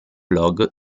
blog